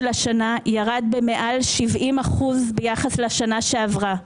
השנה ירדה במעל 70% ביחס לשנה שעברה.